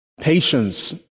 Patience